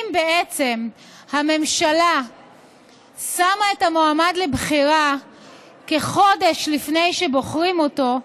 אם בעצם הממשלה שמה את המועמד לבחירה כחודש לפני שבוחרים אותו,